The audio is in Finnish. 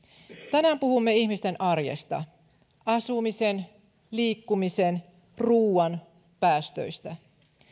tänään puhumme ihmisten arjesta asumisen liikkumisen ruuan päästöistä